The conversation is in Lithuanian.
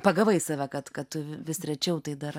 pagavai save kad kad tu vis rečiau tai darai